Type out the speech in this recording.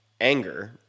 Anger